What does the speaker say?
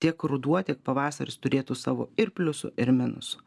tiek ruduo tiek pavasaris turėtų savo ir pliusų ir minusų